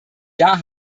jahr